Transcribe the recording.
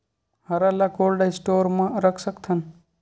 हरा ल cold store म रख सकथन?